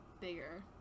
bigger